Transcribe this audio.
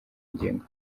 ngingo